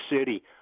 City